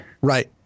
right